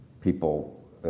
people